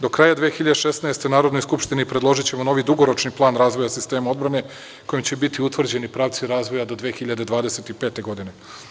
Do kraja 2016. godine Narodnoj skupštini predložićemo novi dugoročni plan razvoja sistema odbrane kojim će biti utvrđeni pravci razvoja do 2025. godine.